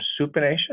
supination